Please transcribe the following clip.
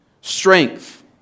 Strength